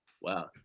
wow